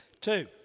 Two